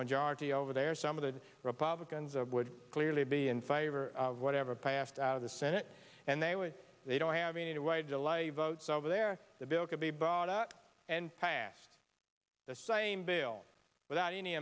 majority over there some of the republicans of would clearly be in favor of whatever passed out of the senate and they way they don't have any way to live votes over there the bill could be bought out and passed the same bail without any